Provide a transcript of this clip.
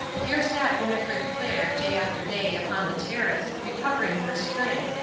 here sat winnifred clair day after day upon the terrace recovering her strength,